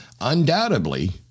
undoubtedly